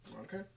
Okay